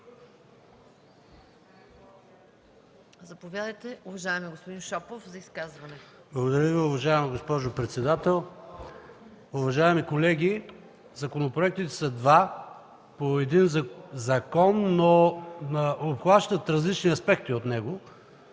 Заповядайте за изказване, господин Шопов. ПАВЕЛ ШОПОВ (Атака): Благодаря, уважаема госпожо председател. Уважаеми колеги, законопроектите са два по един закон, но обхващат различни аспекти от него,